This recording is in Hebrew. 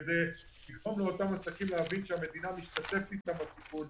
כדי לגרום לאותם עסקים להבין שהמדינה משתתפת איתם בסיכון,